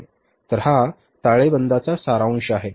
तर हा ताळेबंदचा सारांश आहे